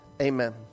amen